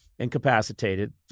Incapacitated